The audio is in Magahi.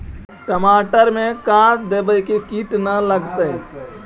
टमाटर में का देबै कि किट न लगतै?